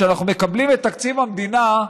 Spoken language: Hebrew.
כשאנחנו מקבלים את תקציב המדינה,